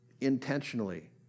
intentionally